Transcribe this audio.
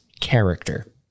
character